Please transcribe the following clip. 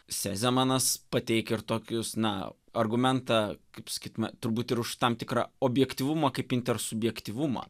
sezemanas pateikia ir tokius na argumentą kaip sakytume turbūt ir už tam tikrą objektyvumą kaip intersubjektyvumą